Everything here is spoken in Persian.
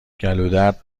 گلودرد